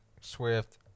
Swift